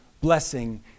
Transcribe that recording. blessing